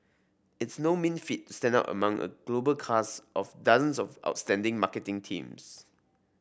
it's no mean feat to stand out among a global cast of dozens of outstanding marketing teams